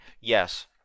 yes